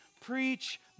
Preach